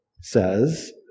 says